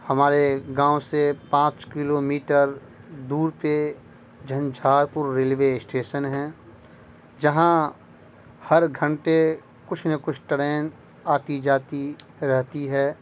ہمارے گاؤں سے پانچ کلو میٹر دور پہ جھنجھار پور ریلوے اسٹیشن ہیں جہاں ہر گھنٹے کچھ نہ کچھ ٹرین آتی جاتی رہتی ہے